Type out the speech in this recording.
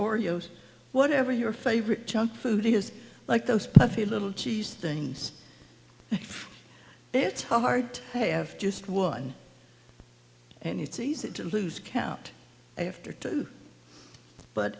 yos whatever your favorite junk food is like those puffy little cheese things it's hard to have just one and it's easy to lose count after two but